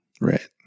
Right